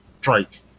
Drake